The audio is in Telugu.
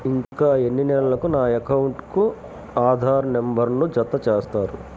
ఇంకా ఎన్ని నెలలక నా అకౌంట్కు ఆధార్ నంబర్ను జత చేస్తారు?